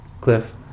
Cliff